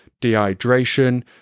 dehydration